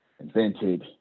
invented